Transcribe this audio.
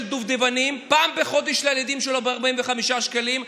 דובדבנים פעם בחודש לילדים שלו ב-45 שקלים.